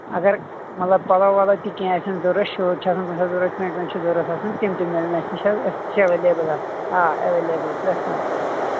اگرمطلب پلو ولو تہِ کینہہ آسن ضروٗرت شٲٹ چھِ آسان کُنہِ ساتہٕ ضروٗرت پٮ۪نٹ وٮ۪نٹ چھِ ضروٗرت آسان تِم تہِ مِلن اسہِ نِش حظ اسہِ چھِ ایویلیبٕل آ ایویلیبل پرٛٮ۪تھ کانٛہہ آیٹم حظ